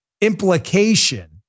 implication